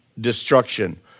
destruction